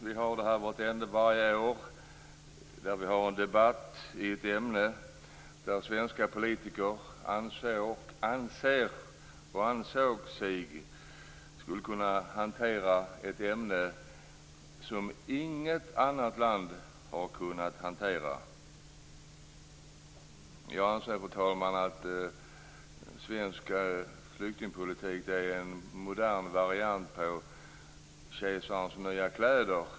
Vi har ju varje år en debatt där svenska politiker anser, och ansett, sig kunna hantera ett ämne som inget annat land har kunnat hantera. Jag anser, fru talman, att svensk flyktingpolitik är en modern variant på Kejsarens nya kläder.